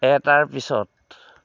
এটাৰ পিছত